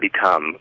become